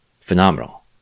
phenomenal